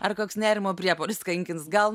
ar koks nerimo priepuolis kankins gal